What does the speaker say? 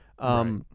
right